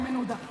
איימן עודה,